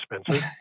Spencer